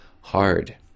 hard